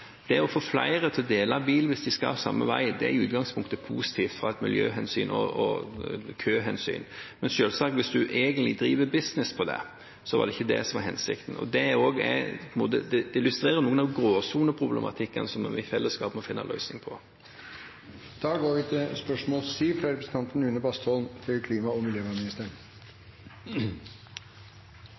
prøvd å få en viss regulering av. Å få flere til å dele bil hvis de skal samme vei, er i utgangspunktet positivt av miljøhensyn og køhensyn, men hvis en driver business på det, var det selvsagt ikke det som var hensikten. Det illustrerer noe av gråsoneproblematikken som vi i fellesskap må finne løsning på. Vi går til spørsmål nr. 7, fra representanten Une Bastholm til klima- og